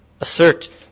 assert